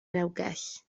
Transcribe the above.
rewgell